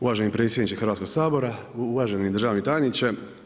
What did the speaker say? Uvaženi predsjedniče Hrvatskog sabora, uvaženi državni tajniče.